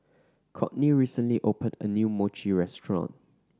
Kortney recently opened a new Mochi restaurant